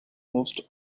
moved